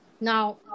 Now